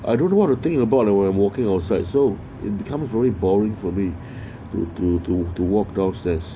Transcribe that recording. I don't know what to think about the world I'm walking outside so it become a very boring for me to to to to walk downstairs